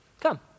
Come